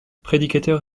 prédicateur